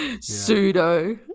Pseudo